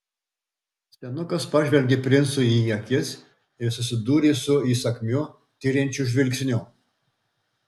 senukas pažvelgė princui į akis ir susidūrė su įsakmiu tiriančiu žvilgsniu